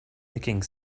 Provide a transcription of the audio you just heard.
nicking